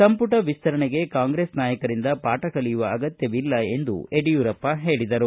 ಸಂಪುಟ ವಿಸ್ತರಣೆಗೆ ಕಾಂಗ್ರೆಸ್ ನಾಯಕರಿಂದ ಪಾಠ ಕಲಿಯುವ ಅಗತ್ತವಿಲ್ಲ ಎಂದು ಯಡಿಯೂರಪ್ಪ ಹೇಳಿದರು